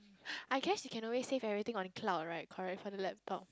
I guess you can always save everything on cloud right connect from the laptop